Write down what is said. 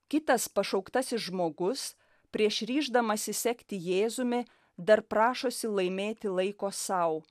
kitas pašauktasis žmogus prieš ryždamasi sekti jėzumi dar prašosi laimėti laiko sau